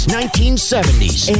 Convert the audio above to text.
1970s